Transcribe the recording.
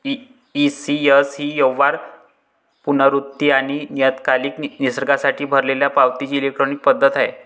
ECS ही व्यवहार, पुनरावृत्ती आणि नियतकालिक निसर्गासाठी भरलेल्या पावतीची इलेक्ट्रॉनिक पद्धत आहे